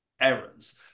errors